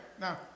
Now